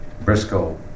Briscoe